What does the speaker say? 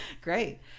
Great